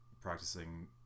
practicing